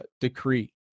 decree